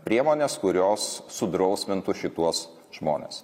priemonės kurios sudrausmintų šituos žmones